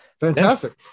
fantastic